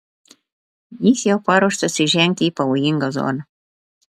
jis jau paruoštas įžengti į pavojingą zoną